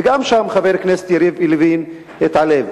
וגם שם, חבר הכנסת יריב לוין התעלם.